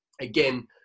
again